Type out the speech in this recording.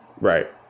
Right